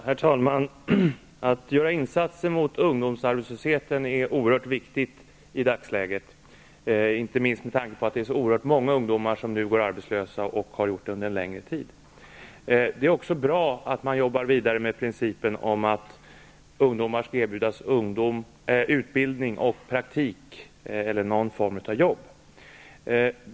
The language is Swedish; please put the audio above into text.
Herr talman! Att göra insatser mot ungdomsarbetslösheten är oerhört viktigt i dagsläget, inte minst med tanke på att det är så oerhört många ungdomar som går arbetslösa under en längre tid. Det är också bra att man arbetar vidare med principen att ungdomar skall erbjudas utbildning och praktik eller någon form av jobb.